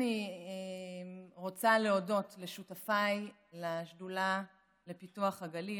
אני רוצה להודות לשותפיי לשדולה לפיתוח הגליל,